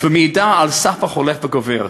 ומעידה על סחף הולך וגובר,